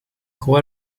jugó